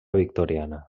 victoriana